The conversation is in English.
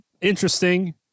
interesting